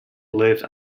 lived